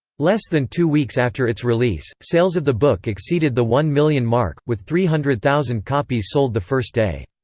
less than two weeks after its release, sales of the book exceeded the one million mark, with three hundred thousand copies sold the first day.